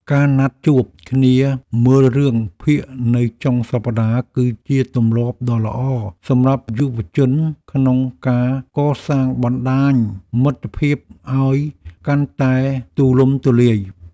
ការណាត់ជួបគ្នាមើលរឿងភាគនៅចុងសប្តាហ៍គឺជាទម្លាប់ដ៏ល្អសម្រាប់យុវជនក្នុងការកសាងបណ្ដាញមិត្តភាពឱ្យកាន់តែទូលំទូលាយ។